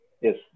Yes